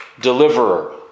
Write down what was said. deliverer